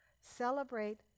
celebrate